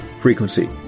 frequency